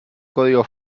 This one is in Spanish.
código